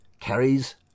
carries